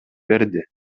берди